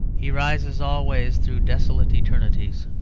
he rises always through desolate eternities.